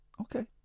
Okay